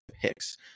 picks